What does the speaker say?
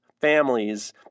families